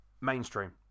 mainstream